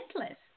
Endless